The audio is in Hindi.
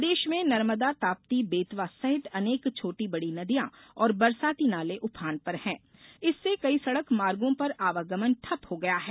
प्रदेश में नर्मदा ताप्ती बेतवा सहित अनेक छोटी बड़ी नदियां और बरसाती नाले ऊफान पर हैं इससे कई सड़क मार्गो पर आवागमन ठप हो गया है